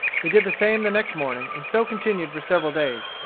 he did the same the next morning, and so continued for several days.